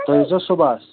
تُہہِ ییٖزٮ۪و صُبحس